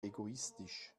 egoistisch